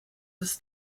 des